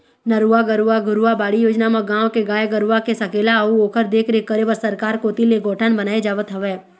नरूवा, गरूवा, घुरूवा, बाड़ी योजना म गाँव के गाय गरूवा के सकेला अउ ओखर देखरेख करे बर सरकार कोती ले गौठान बनाए जावत हवय